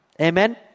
Amen